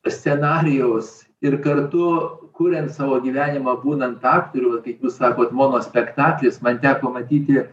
scenarijaus ir kartu kuriant savo gyvenimą būnant aktoriu va kaip jūs sakot monospektaklis man teko matyti